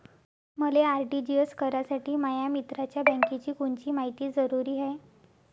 मले आर.टी.जी.एस करासाठी माया मित्राच्या बँकेची कोनची मायती जरुरी हाय?